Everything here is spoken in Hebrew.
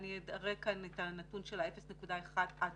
0.1% עד